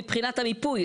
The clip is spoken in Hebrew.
מבחינת המיפוי.